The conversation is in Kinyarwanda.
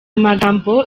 magambo